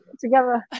together